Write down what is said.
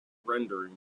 rendering